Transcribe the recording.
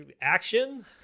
action